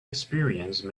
experience